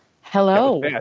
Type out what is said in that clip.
hello